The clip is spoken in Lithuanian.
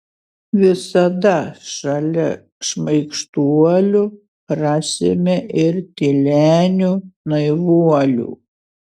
visada šalia šmaikštuolių rasime ir tylenių naivuolių